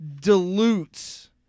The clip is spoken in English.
dilutes